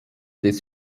des